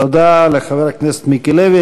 תודה לחבר הכנסת מיקי לוי.